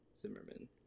Zimmerman